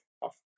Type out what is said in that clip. off